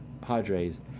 Padres